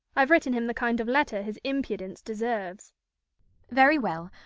i've written him the kind of letter his impudence deserves very well.